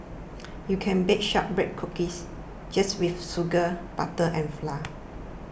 you can bake Shortbread Cookies just with sugar butter and flour